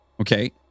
okay